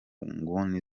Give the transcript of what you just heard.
nguni